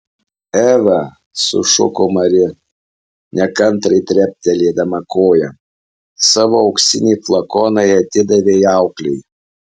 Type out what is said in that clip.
eva sušuko mari nekantriai treptelėdama koja savo auksinį flakoną atidavei auklei